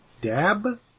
dab